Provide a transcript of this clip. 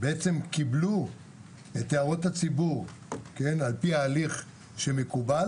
בעצם קיבלו את הערות הציבור על פי ההליך שמקובל